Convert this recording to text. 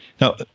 Now